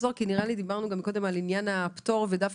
דיברנו קודם כל על עניין הפטור ואני רוצה